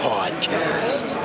Podcast